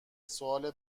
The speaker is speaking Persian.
سوال